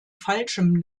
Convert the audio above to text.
falschem